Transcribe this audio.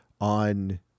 on